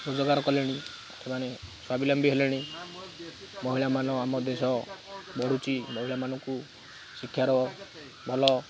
ରୋଜଗାର କଲେଣି ସେମାନେ ସ୍ୱାବଲମ୍ବୀ ହେଲେଣି ମହିଳାମାନ ଆମ ଦେଶ ବଢ଼ୁଛି ମହିଳାମାନଙ୍କୁ ଶିକ୍ଷାର ଭଲ